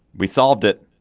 we solved it.